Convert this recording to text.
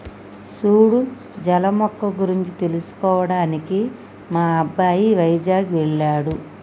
సూడు జల మొక్క గురించి తెలుసుకోవడానికి మా అబ్బాయి వైజాగ్ వెళ్ళాడు